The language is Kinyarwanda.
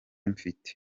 mfite